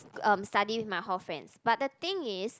um study with my hall friends but the thing is